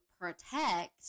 protect